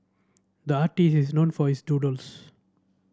the artist is known for his doodles